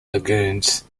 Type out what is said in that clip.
lagoons